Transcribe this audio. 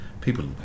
people